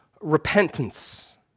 repentance